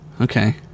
Okay